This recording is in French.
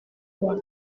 toi